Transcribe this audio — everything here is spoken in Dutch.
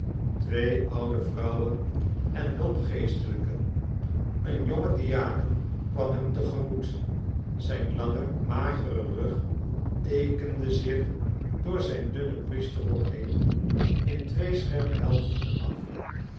twee oude vrouwen en de hulpgeestelijken een jong diaken kwam hem te gemoet zijn lange magere rug teekende zich door zijn dunnen priesterrok heen in twee scherpe helften af